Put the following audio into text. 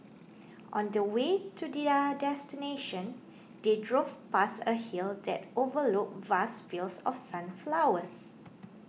on the way to their destination they drove past a hill that overlooked vast fields of sunflowers